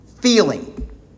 feeling